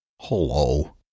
hello